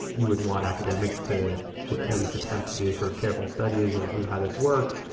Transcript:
you would want academics to at least attempt to do sort of careful studies of of how this worked.